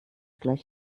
gleich